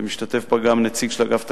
ומשתתף בה גם נציג של אגף התקציבים,